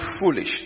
foolish